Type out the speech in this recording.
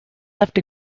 left